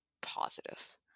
positive